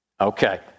Okay